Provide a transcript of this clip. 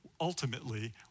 ultimately